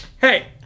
hey